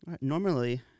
Normally